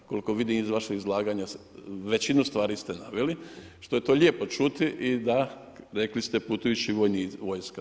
Koliko vidim iz vašeg izlaganja većinu stvari ste naveli što je to lijepo čuti i da, rekli ste putujuća vojska.